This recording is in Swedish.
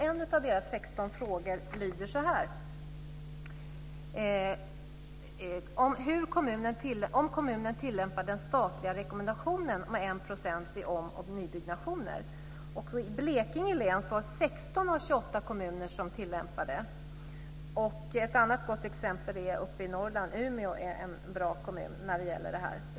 En av deras 16 frågor gäller om kommunen tillämpar den statliga rekommendationen om 1 % vid om och nybyggnationer. I Blekinge län har 16 av 28 kommuner tillämpat detta. Ett annat gott exempel, uppe i Norrland, är Umeå, som är en bra kommun när det gäller detta.